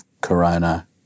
corona